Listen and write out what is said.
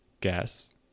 guess